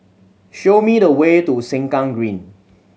show me the way to Sengkang Green